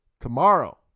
tomorrow